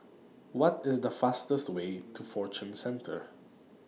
What IS The fastest Way to Fortune Centre